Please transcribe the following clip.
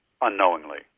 Unknowingly